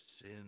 sin